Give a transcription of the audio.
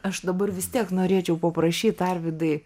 aš dabar vis tiek norėčiau paprašyt arvydai